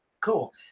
Cool